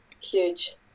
Huge